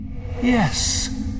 Yes